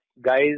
guys